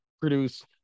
produce